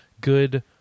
good